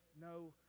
No